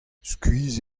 skuizh